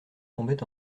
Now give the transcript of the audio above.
tombait